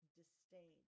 disdain